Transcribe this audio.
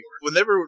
Whenever